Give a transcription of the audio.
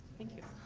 thank you.